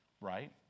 Right